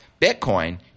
Bitcoin